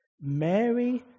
Mary